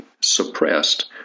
suppressed